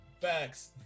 facts